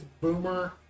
Boomer